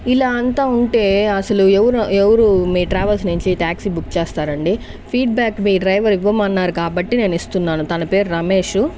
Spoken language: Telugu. ఇలా అంత ఉంటే అసలు ఎవరు ఎవరు మీ ట్రావెల్స్ నుంచి ట్యాక్సీ బుక్ చేస్తారండి ఫీడ్ బ్యాక్ మీ డ్రైవర్ ఇవ్వమన్నారు కాబట్టి నేను ఇస్తున్నాను తన పేరు రమేషు